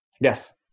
yes